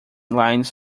lines